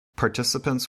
participants